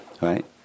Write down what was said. Right